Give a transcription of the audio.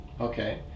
Okay